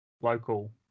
local